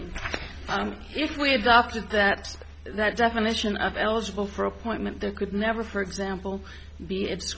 tricky if we adopted that that definition of eligible for appointment there could never for example be it's